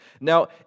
Now